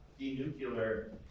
denuclear